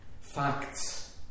facts